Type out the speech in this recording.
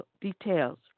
details